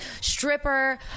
stripper